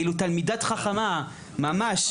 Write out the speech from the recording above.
תלמידה חכמה, ממש.